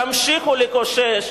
תמשיכו לקושש,